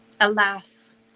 Alas